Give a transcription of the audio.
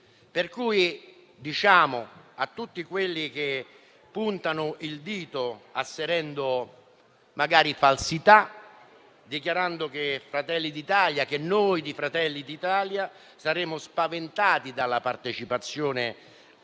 pertanto, a tutti quelli che puntano il dito asserendo falsità, dichiarando che noi di Fratelli d'Italia saremmo spaventati dalla partecipazione attiva